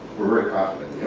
we're very confident